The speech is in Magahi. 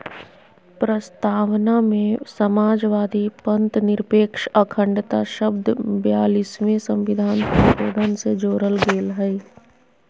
प्रस्तावना में समाजवादी, पथंनिरपेक्ष, अखण्डता शब्द ब्यालिसवें सविधान संशोधन से जोरल गेल हइ